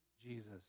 Jesus